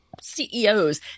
CEOs